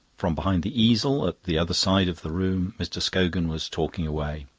from behind the easel at the other side of the room mr. scogan was talking away.